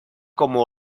como